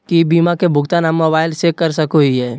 की बीमा के भुगतान हम मोबाइल से कर सको हियै?